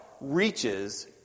...reaches